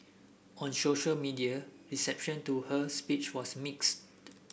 on social media reception to her speech was mixed